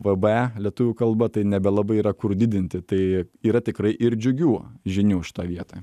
vbe lietuvių kalbą tai nebelabai yra kur didinti tai yra tikrai ir džiugių žinių už tą vietą